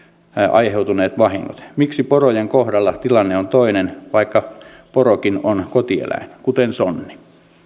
aiheutuneet vahingot miksi porojen kohdalla tilanne on toinen vaikka porokin on kotieläin kuten sonni